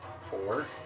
Four